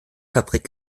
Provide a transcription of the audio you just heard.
fabrik